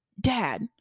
dad